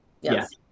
Yes